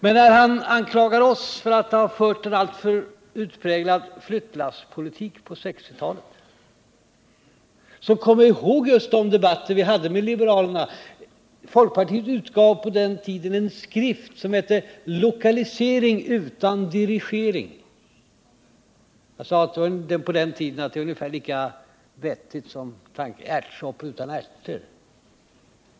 Men när han anklagar oss för att ha fört en alltför utpräglad flyttlasspolitik på 1960-talet, så skall han komma ihåg just de debatter vi hade med liberalerna. Folkpartiet utgav på den tiden en skrift som hette Lokalisering utan dirigering. Jag sade då att det är ungefär lika vettigt som ärtsoppa utan ärter.